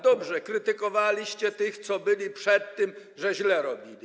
Dobrze, krytykowaliście tych, którzy byli przed tym, że źle robili.